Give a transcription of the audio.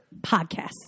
podcasts